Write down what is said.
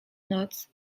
noc